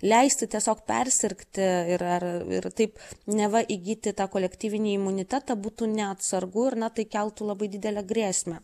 leisti tiesiog persirgti ir ar ir taip neva įgyti tą kolektyvinį imunitetą būtų neatsargu ir na tai keltų labai didelę grėsmę